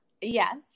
Yes